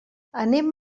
anem